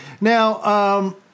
Now